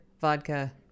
vodka